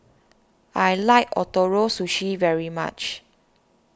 I like Ootoro Sushi very much